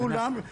שכולם,